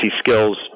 skills